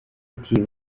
ati